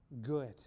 good